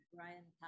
Brian